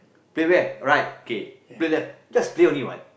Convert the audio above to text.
play where right okay play left just play only what